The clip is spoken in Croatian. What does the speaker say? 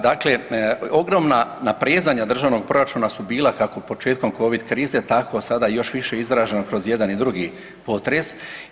Dakle, ogromna naprezanja državnog proračuna su bila kako početkom covid krize, tako sada i još više izraženo kroz jedan i drugi potres.